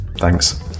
Thanks